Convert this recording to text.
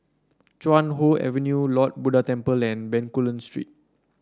Chuan Hoe Avenue Lord Buddha Temple and Bencoolen Street